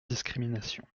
discrimination